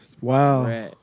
Wow